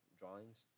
drawings